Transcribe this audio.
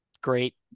Great